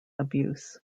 abuse